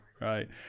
right